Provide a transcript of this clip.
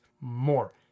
more